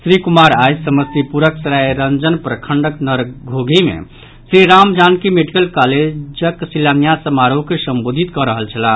श्री कुमार आइ समस्तीपुरक सरायरंजन प्रखंडक नरघोघी मे श्रीराम जानकी मेडिकल कॉलेजक शिलान्यास समारोह के संबोधित कऽ रहल छलाह